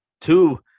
two –